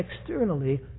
externally